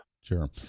Sure